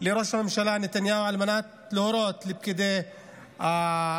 לראש הממשלה נתניהו על מנת להורות לפקידי המקרקעין,